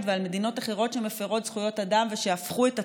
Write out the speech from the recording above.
ועל מדינות אחרות שמפירות זכויות אדם ושהפכו את עצמן,